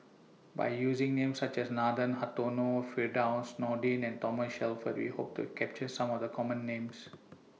By using Names such as Nathan Hartono Firdaus Nordin and Thomas Shelford We Hope to capture Some of The Common Names